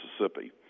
Mississippi